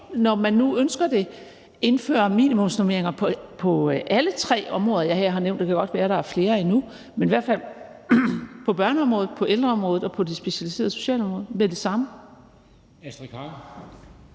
når man nu ønsker det, indføre minimumsnormeringer på alle tre områder, jeg her har nævnt, og det kan godt være, at der er flere endnu, men i hvert fald på børneområdet, på ældreområdet og på det specialiserede socialområde, med det samme?